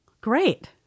Great